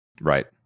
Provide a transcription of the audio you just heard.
right